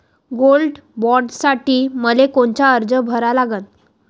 Gold बॉण्डसाठी मले कोनचा अर्ज भरा लागन?